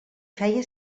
feia